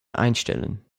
einstellen